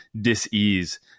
dis-ease